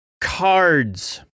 cards